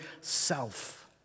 self